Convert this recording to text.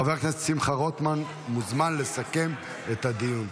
חבר הכנסת שמחה רוטמן מוזמן לסכם את הדיון.